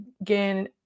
again